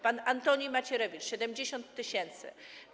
Pan Antoni Macierewicz - 70 tys. zł.